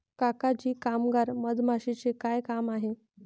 काका जी कामगार मधमाशीचे काय काम आहे